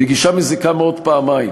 היא גישה מזיקה מאוד פעמיים